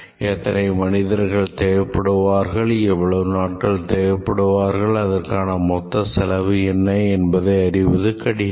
எத்தனை மனிதர்கள் தேவைப்படுவார்கள் எவ்வளவு நாட்கள் தேவைப்படுவார்கள் அதற்கான மொத்த செலவு என்ன என்பதை அறிவது கடினம்